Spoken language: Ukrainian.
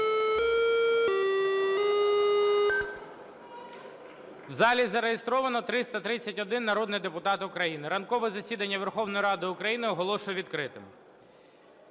В залі зареєстровано 331 народний депутат України. Ранкове засідання Верховної Ради України оголошую відкритим.